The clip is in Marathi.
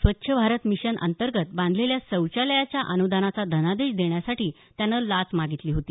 स्वच्छ भारत मिशन अंतर्गत बांधलेल्या शौचालयाच्या अनुदानाचा धनादेश देण्यासाठी त्यानं लाच मागितली होती